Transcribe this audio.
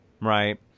right